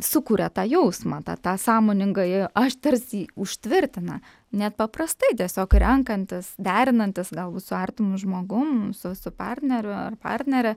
sukuria tą jausmą tą tą sąmoningąją aš tarsi užtvirtina net paprastai tiesiog renkantis derinantis galbūt su artimu žmogum su su partneriu ar partnere